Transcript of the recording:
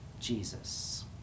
Jesus